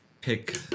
pick